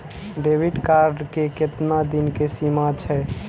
Debit card के केतना दिन के सीमा छै?